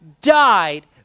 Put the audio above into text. died